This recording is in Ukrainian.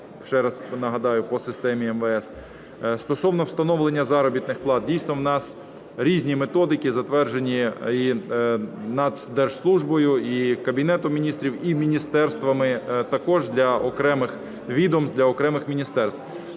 ще раз нагадаю, по системі МВС. Стосовно встановлення заробітних плат. Дійсно, у нас різні методики затверджені і Нацдержслужбою, і Кабінетом Міністрів, і міністерствами також для окремих відомств, для окремих міністерств.